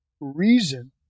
reason